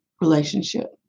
relationship